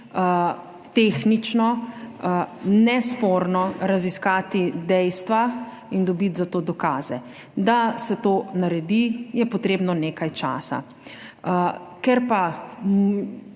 tehnično nesporno raziskati dejstva in dobiti za to dokaze. Da se to naredi, je potrebnega nekaj časa.